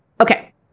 Okay